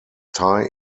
tie